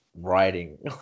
writing